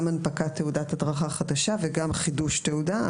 הנפקת תעודת הדרכה חדשה וגם חידוש תעודה,